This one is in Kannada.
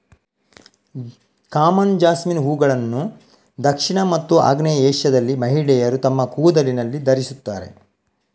ಕಾಮನ್ ಜಾಸ್ಮಿನ್ ಹೂವುಗಳನ್ನು ದಕ್ಷಿಣ ಮತ್ತು ಆಗ್ನೇಯ ಏಷ್ಯಾದಲ್ಲಿ ಮಹಿಳೆಯರು ತಮ್ಮ ಕೂದಲಿನಲ್ಲಿ ಧರಿಸುತ್ತಾರೆ